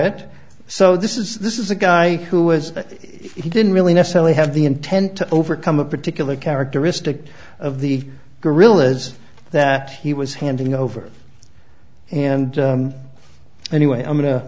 it so this is this is a guy who was he didn't really necessarily have the intent to overcome a particular characteristic of the guerrillas that he was handing over and anyway i